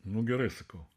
nu gerai sakau